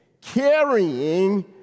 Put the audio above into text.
carrying